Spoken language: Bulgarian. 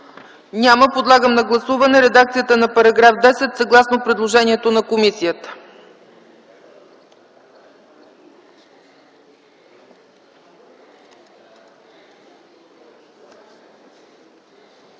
Няма. Подлагам на гласуване редакцията на § 10, съгласно предложението на комисията.